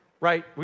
Right